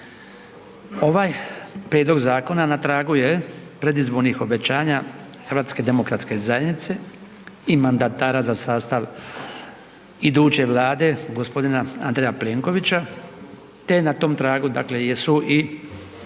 Ovaj prijedlog zakona na tragu je predizbornih obećanja HDZ-a i mandatara za sastav iduće vlade g. Andreja Plenkovića, te na tom tragu dakle